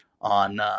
on